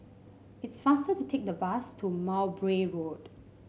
it's faster to take the bus to Mowbray Road